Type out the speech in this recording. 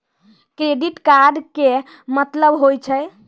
Credit card के मतलब होय छै?